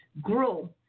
grow